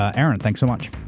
ah aaron, thanks so much.